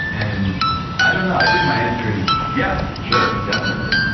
and i don't know. i think my answer is, yeah. sure. definitely.